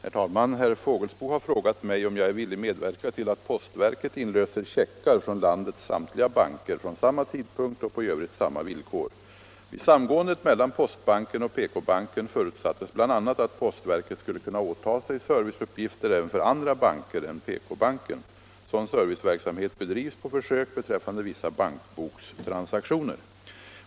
99, och anförde: Herr talman! Herr Fågelsbo har frågat mig om jag är villig medverka till att postverket inlöser checkar från landets samtliga banker från samma tidpunkt och på i övrigt samma villkor. Vid samgåendet mellan Postbanken och PK-banken förutsattes bl.a. att postverket skulle kunna åtaga sig serviceuppgifter även för andra banker än PK-banken. Sådan serviceverksamhet bedrivs på försök beträffande vissa bankbokstransaktioner.